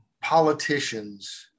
politicians